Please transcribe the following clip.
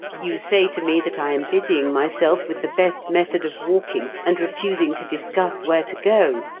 you say to me that i am busying myself with the best method of walking, and refusing to discuss where to go.